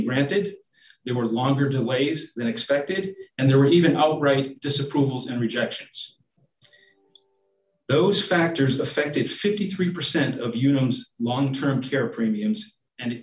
branded there were longer delays than expected and there were even outright disapprovals and rejections those factors affected fifty three percent of you homes long term care premiums and